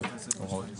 עכשיו הוראות מעבר.